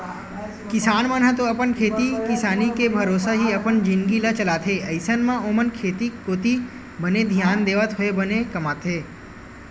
किसान मन ह तो अपन खेती किसानी के भरोसा ही अपन जिनगी ल चलाथे अइसन म ओमन खेती कोती बने धियान देवत होय बने कमाथे